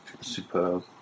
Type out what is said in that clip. superb